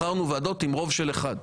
בחרנו ועדות עם רוב של אחד,